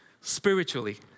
spiritually